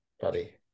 buddy